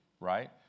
right